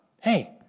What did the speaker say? hey